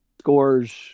scores